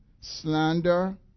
slander